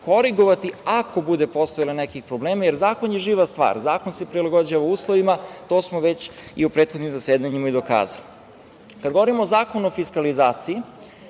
korigovati ako bude postojao neki problem, jer zakon je živa stvar, zakon se prilagođava uslovima, to smo već i u prethodnim zasedanjima i dokazali. Kada govorimo o Zakonu o fiskalizaciji